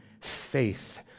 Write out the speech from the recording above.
faith